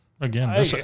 Again